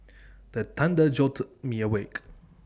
the thunder jolt me awake